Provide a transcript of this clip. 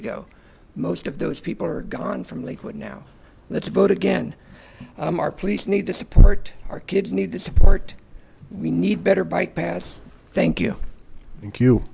ago most of those people are gone from lakewood now let's vote again our police need the support our kids need the support we need better bike paths thank you